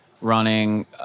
running